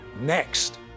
next